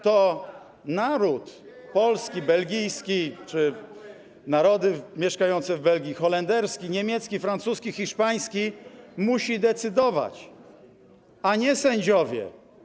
to narody polski, belgijski czy narody mieszkające w Belgii, holenderski, niemiecki, francuski, hiszpański muszą decydować, a nie sędziowie.